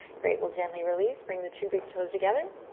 great. we'll gently release, bring the two big toes together.